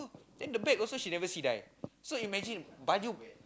then the back also she never sidai so imagine baju